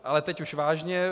Ale teď už vážně.